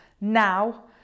now